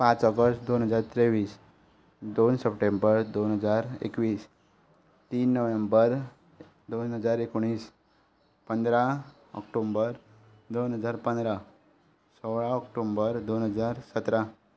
पांच ऑगश्ट दोन हजार तेवीस दोन सप्टेंबर दोन हजार एकवीस तीन नोव्हँबर दोन हजार एकोणीस पंदरा ऑक्टोबर दोन हजार पंदरा सोळा ऑक्टोबर दोन हजार सतरा